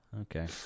okay